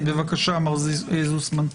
בבקשה, מר זוסמן.